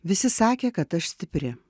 visi sakė kad aš stipri